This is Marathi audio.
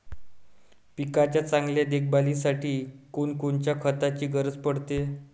पिकाच्या चांगल्या देखभालीसाठी कोनकोनच्या खताची गरज पडते?